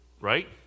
right